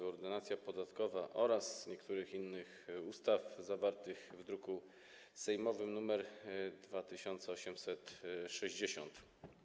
Ordynacja podatkowa oraz niektórych innych ustaw, zawartego w druku sejmowym nr 2860.